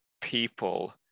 people